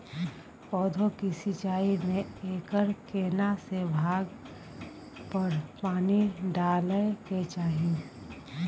पौधों की सिंचाई में एकर केना से भाग पर पानी डालय के चाही?